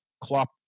Klopp